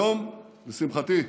היום, לשמחתי,